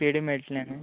पेडी मेळटले न्हू